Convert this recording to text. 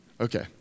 Okay